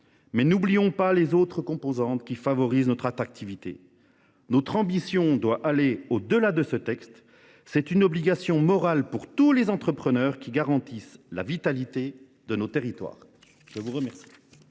mais n’oublions pas les autres composantes de notre attractivité. Notre ambition doit aller au delà de ce texte : c’est une obligation morale envers tous les entrepreneurs, qui maintiennent la vitalité de nos territoires. La parole